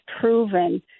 proven